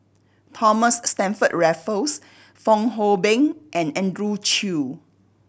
Thomas Stamford Raffles Fong Hoe Beng and Andrew Chew